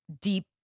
deep